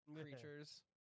creatures